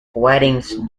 weddings